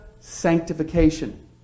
sanctification